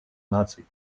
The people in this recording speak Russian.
наций